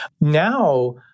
Now